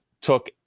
took